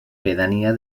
pedania